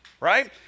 right